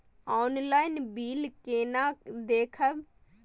Online bill केना देखब?